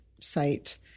site